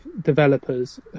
developers